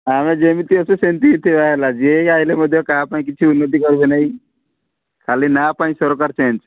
ଆମେ ଯେମିତି ଅଛୁ ସେମିତି ହିଁ ଥିବା ହେଲା ଯିଏ ବି ଆସିଲେ ମଧ୍ୟ କାହା ପାଇଁ କିଛି ଉନ୍ନତି କରିବେ ନାହିଁ ଖାଲି ନାଁ ପାଇଁ ସରକାର ଚେଞ୍ଜ୍